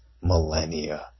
millennia